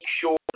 sure